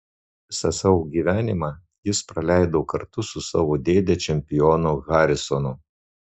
visą savo gyvenimą jis praleido kartu su savo dėde čempionu harisonu